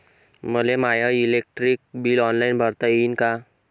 मले my electric bill online भरता येईन का?